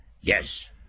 Yes